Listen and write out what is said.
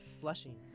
Blushing